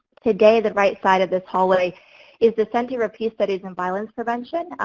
today the right side of this hallway is the center of peace studies and violence prevention.